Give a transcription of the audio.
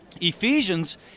Ephesians